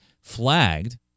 flagged